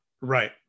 right